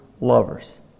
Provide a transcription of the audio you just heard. lovers